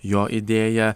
jo idėja